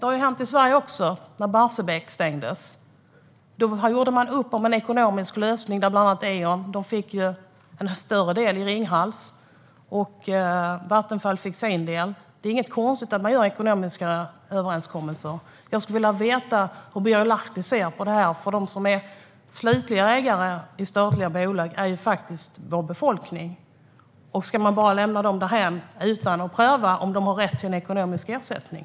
Det har också hänt i Sverige när Barsebäck stängdes. Då gjorde man upp om en ekonomisk lösning. Eon fick en större del i Ringhals, och Vattenfall fick sin del. Det är inget konstigt att man gör ekonomiska överenskommelser. Jag skulle vilja veta hur Birger Lahti ser på det. De som är slutliga ägare i statliga bolag är ju vår befolkning. Ska man bara lämna dem därhän utan att pröva om de har rätt till en ekonomisk ersättning?